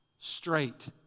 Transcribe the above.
straight